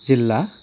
जिल्ला